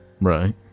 Right